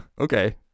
okay